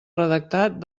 redactat